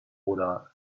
oder